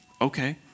Okay